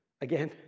again